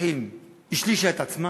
השלוחים שילש את עצמו.